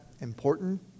important